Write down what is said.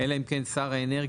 אלא אם כן שר האנרגיה,